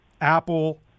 Apple